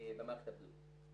במערכת הבריאות.